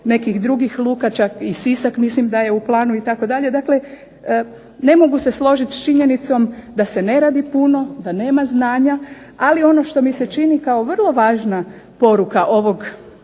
nekih drugih luka, čak i Sisak mislim da je u planu itd. Dakle, ne mogu se složit s činjenicom da se ne radi puno, da nema znanja, ali ono što mi se čini kao vrlo važna poruka ovog